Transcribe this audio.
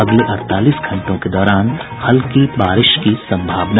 अगले अड़तालीस घंटों के दौरान हल्की बारिश की सम्भावना